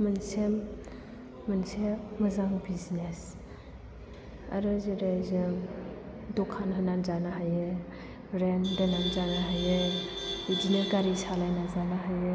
मोनसे मोनसे मोजां बिजनेस आरो जेरै जों दखान होनानै जानो हायो रेन्ट होनानै जानो हायो बिदिनो गारि सालायना जानो हायो